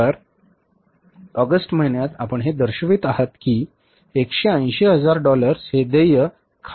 तर ऑगस्ट महिन्यात आपण हे दर्शवित आहात की 180 हजार डॉलर्स हे देय खाती असतील